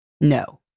no